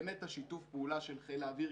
זה באמת שיתוף הפעולה של חיל האוויר,